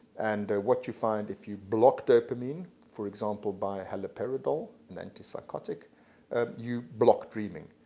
and what you find if you block dopamine for example by haloperidol, an antipsychotic ah you block dreaming.